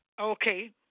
Okay